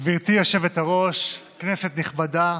גברתי היושבת-ראש, כנסת נכבדה,